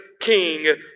King